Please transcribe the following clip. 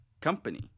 company